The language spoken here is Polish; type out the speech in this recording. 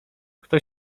kto